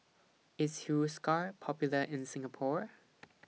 IS Hiruscar Popular in Singapore